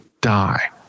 die